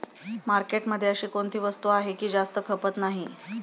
मार्केटमध्ये अशी कोणती वस्तू आहे की जास्त खपत नाही?